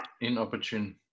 Inopportune